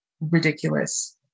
ridiculous